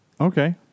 Okay